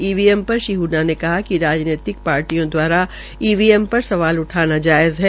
EVM पर श्री हडडा ने कहा कि राजनैतिक पार्टियों द्वारा ईवीएम पर सवाल उठाना जायज़ है